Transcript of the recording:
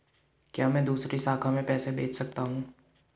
क्या मैं दूसरी शाखा में पैसे भेज सकता हूँ?